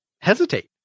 hesitate